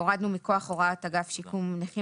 הורדנו 'מכוח הוראות אגף שיקום נכים',